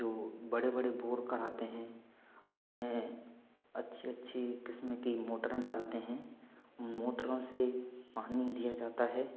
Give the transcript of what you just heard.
जो बड़े बड़े बोर कराते हैं उनमे अच्छी अच्छी किस्म की मोटरें डालते हैं मोटरों से पानी दिया जाता है